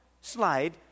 slide